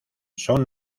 son